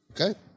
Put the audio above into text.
Okay